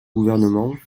gouvernement